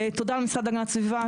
תודה למשרד להגנת הסביבה,